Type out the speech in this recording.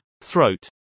Throat